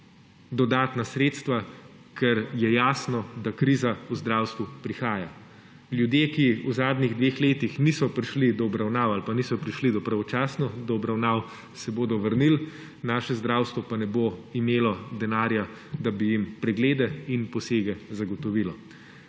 dodatna sredstva, ker je jasno, da kriza v zdravstvu prihaja. Ljudje, ki v zadnjih dveh letih niso prišli do obravnav ali pa niso prišli pravočasno do obravnav, se bodo vrnil, naše zdravstvo pa ne bo imelo denarja, da bi jim preglede in posege zagotovilo.